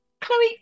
Chloe